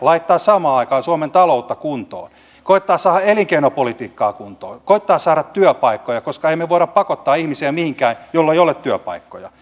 laittaa samaan aikaan suomen taloutta kuntoon koettaa saada elinkeinopolitiikkaa kuntoon koettaa saada työpaikkoja koska emme me voi pakottaa mihinkään ihmisiä joilla ei ole työpaikkoja